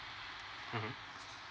mmhmm